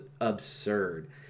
absurd